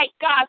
God